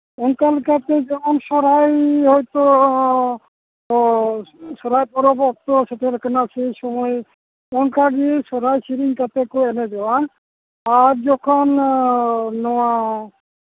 ᱚᱱᱠᱟ ᱞᱮᱠᱟᱛᱮ ᱡᱮᱢᱚᱱ ᱥᱚᱦᱨᱟᱭ ᱦᱚᱭᱛᱳ ᱥᱚᱦᱨᱟᱭ ᱯᱚᱨᱚᱵᱽ ᱚᱠᱛᱚ ᱥᱮᱴᱮᱨ ᱠᱟᱱᱟ ᱥᱮᱭ ᱥᱚᱢᱚᱭ ᱚᱱᱠᱟᱜᱮ ᱥᱚᱦᱨᱟᱭ ᱥᱮᱨᱮᱧ ᱠᱟᱛᱮᱫ ᱠᱚ ᱮᱱᱮᱡᱚᱜᱼᱟ ᱟᱨ ᱡᱚᱠᱷᱚᱱ ᱱᱚᱣᱟ